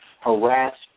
harass